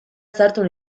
sartu